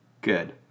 good